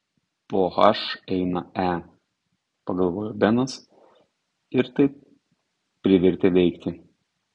po h eina e pagalvojo benas ir tai privertė veikti